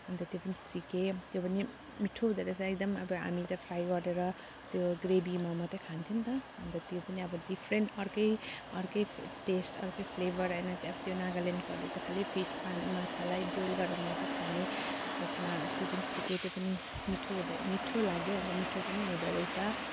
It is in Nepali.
अन्त त्यो पनि सिकेँ त्यो पनि मिठो हुँदो रहेछ एकदम हामी त फ्राई गरेर त्यो ग्रेभीमा मात्रै खान्थ्यो नि त अन्त त्यो पनि अब डिफ्रेन्ट अर्कै अर्कै टेस्ट अर्कै फ्लेबर होइन त्यो अब नागाल्यान्डको हरूले चाहिँ खालि फिस वा माछालाई बोइल गरेर मात्रै खाने त्यसमा त्यो पनि सिकेँ त्यो पनि मिठो हुँदा मिठो लाग्यो अन्त मिठो पनि हुँदो रहेछ